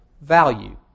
value